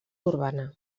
urbana